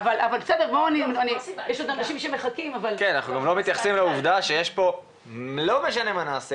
אנחנו גם לא מתייחסים לעבודה שלא משנה מה נעשה,